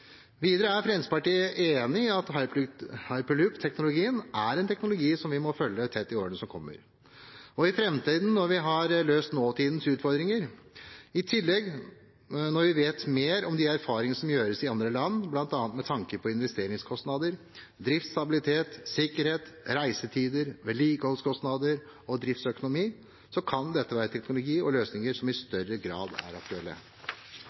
Videre er Fremskrittspartiet enig i at hyperloopteknologien er en teknologi som vi må følge tett i årene som kommer – og i framtiden når vi har løst nåtidens utfordringer. I tillegg, når vi vet mer om de erfaringer som gjøres i andre land bl.a. med tanke på investeringskostnader, driftsstabilitet, sikkerhet, reisetider, vedlikeholdskostnader og driftsøkonomi, kan dette være teknologi og løsninger som i større grad er aktuelle.